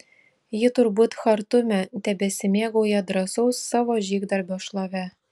ji turbūt chartume tebesimėgauja drąsaus savo žygdarbio šlove